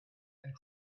and